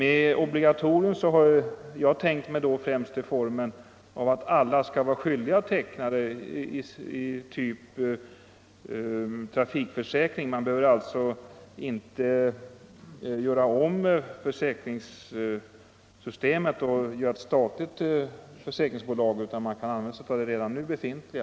Ett obligatorium har jag tänkt mig så att alla arbetsgivare skulle vara skyldiga att teckna försäkringar, ungefär av samma typ som trafikförsäkringen. Man behöver alltså inte göra om försäkringssystemet och skapa något statligt försäkringsbolag utan kan använda sig av redan befintliga.